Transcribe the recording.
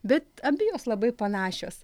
bet abi jos labai panašios